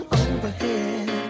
overhead